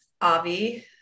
Avi